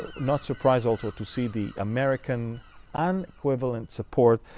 not surprised also to see the american unequivalent support.